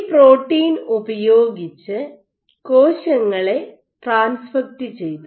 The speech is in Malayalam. ഈ പ്രോട്ടീൻ ഉപയോഗിച്ച് കോശങ്ങളെ ട്രാൻസ്ഫെക്ട് ചെയ്തു